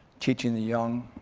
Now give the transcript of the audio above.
teaching the young.